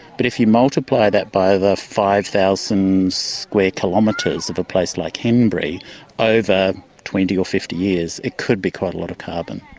but if you multiply that by the five thousand square kilometres of a place like henbury over twenty or fifty years, it could be quite a lot of carbon.